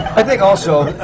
i think also,